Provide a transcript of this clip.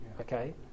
okay